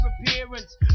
appearance